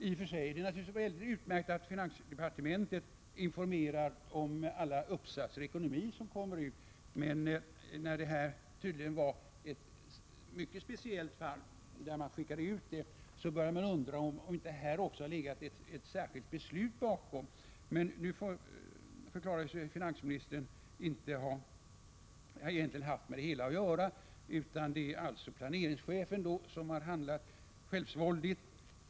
I och för sig är det naturligtvis utmärkt att finansdepartementet informerar om alla uppsatser i ekonomi som kommer ut. Men när detta tydligen var ett mycket speciellt fall, började man undra om det inte har legat ett särskilt beslut bakom. Nu förklarade sig finansministern inte egentligen ha haft med det hela att göra. Då är det alltså planeringschefen som har handlat självsvåldigt.